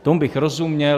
Tomu bych rozuměl.